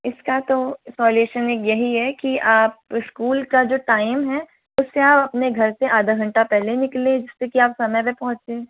इसका तो सोल्यूशन यही है कि आप स्कूल का जो टाइम है उससे आप अपने घर से आधा घंटा पहले निकलें जिससे की आप समय पे पहुँचें